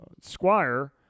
squire